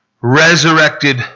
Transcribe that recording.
resurrected